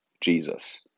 Jesus